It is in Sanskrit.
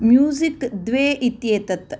म्यूसिक् द्वे इत्येतत्